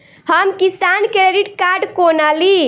हम किसान credit card कोना ली?